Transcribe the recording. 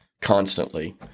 constantly